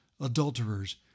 adulterers